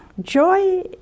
Joy